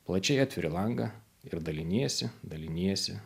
plačiai atveri langą ir daliniesi daliniesi